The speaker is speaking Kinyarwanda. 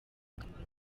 akamaro